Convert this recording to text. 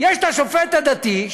יש השופט הדתי,